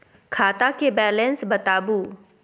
खाता के बैलेंस बताबू?